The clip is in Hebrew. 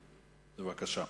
בבקשה.